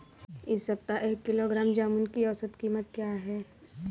इस सप्ताह एक किलोग्राम जामुन की औसत कीमत क्या है?